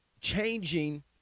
changing